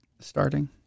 starting